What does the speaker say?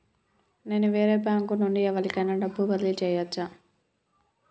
నేను వేరే బ్యాంకు నుండి ఎవలికైనా డబ్బు బదిలీ చేయచ్చా?